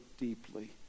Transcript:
deeply